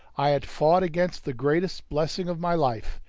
i had fought against the greatest blessing of my life,